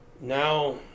now